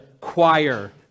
choir